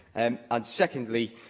and ah secondly,